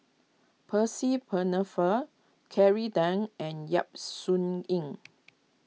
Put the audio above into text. Percy Penne fur Kelly Tang and Yap Sun Yin